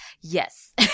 Yes